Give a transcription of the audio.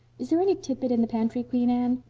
is there any tidbit in the pantry, queen anne?